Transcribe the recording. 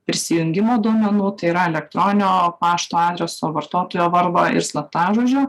prisijungimo duomenų tai yra elektroninio pašto adreso vartotojo vargo ir slaptažodžio